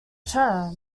term